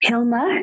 Hilma